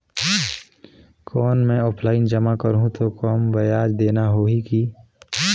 कौन मैं ऑफलाइन जमा करहूं तो कम ब्याज देना होही की?